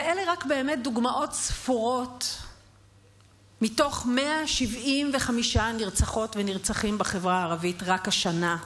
ואלה רק דוגמאות ספורות מתוך 175 נרצחות ונרצחים בחברה הערבית רק השנה,